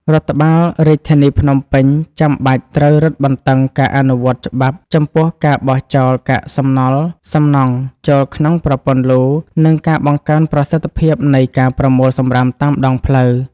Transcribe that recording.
រដ្ឋបាលរាជធានីភ្នំពេញចាំបាច់ត្រូវរឹតបន្តឹងការអនុវត្តច្បាប់ចំពោះការបោះចោលកាកសំណល់សំណង់ចូលក្នុងប្រព័ន្ធលូ និងការបង្កើនប្រសិទ្ធភាពនៃការប្រមូលសំរាមតាមដងផ្លូវ។